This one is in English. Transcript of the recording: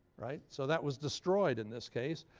right? so that was destroyed in this case.